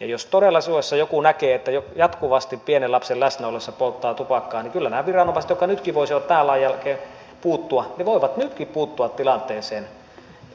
ja jos todella suomessa joku näkee että jatkuvasti pienen lapsen läsnä ollessa polttaa tupakkaa niin kyllä nämä viranomaiset jotka voisivat tämän lain jälkeen puuttua voivat nytkin puuttua tilanteeseen